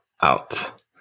out